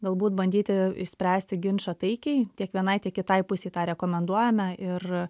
galbūt bandyti išspręsti ginčą taikiai tiek vienai tiek kitai pusei tą rekomenduojame ir